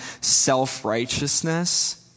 self-righteousness